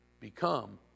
become